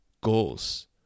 goals